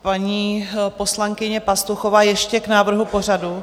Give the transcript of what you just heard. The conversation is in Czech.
Paní poslankyně Pastuchová ještě k návrhu pořadu.